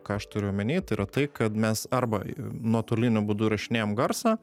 ką aš turiu omeny tai yra tai kad mes arba nuotoliniu būdu įrašinėjam garsą